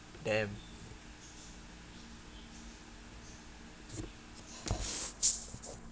damn